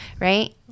right